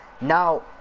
now